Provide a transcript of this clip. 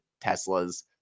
Tesla's